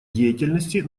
деятельности